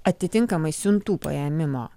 atitinkamai siuntų paėmimo